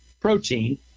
protein